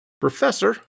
Professor